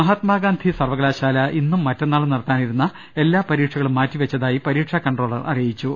മഹാത്മാ ഗാന്ധി സർവ്വകലാശാല ഇന്നും മറ്റന്നാളും നട ത്താനിരുന്നു എല്ലാ പരീക്ഷകളും മാറ്റിവെച്ചതായി പരീക്ഷാ കൺട്രോളർ അറിയിച്ചു